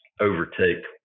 overtake